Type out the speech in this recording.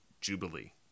Jubilee